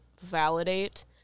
validate